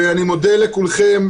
אני מודה לכולכם,